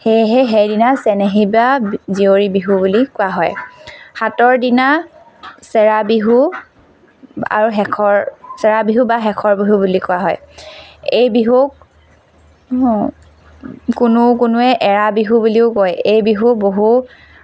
সেয়েহে সেইদিনা চেনেহী বা জীয়ৰী বিহু বুলি কোৱা হয় সাতৰ দিনা চেৰা বিহু আৰু শেষৰ চেৰা বিহু বা শেষৰ বিহু বুলি কোৱা হয় এই বিহুক কোনো কোনোৱে এৰা বিহু বুলিও কয় এই বিহু বহু